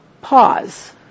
pause